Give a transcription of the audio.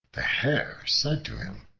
the hare said to him,